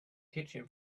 kitchen